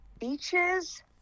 beaches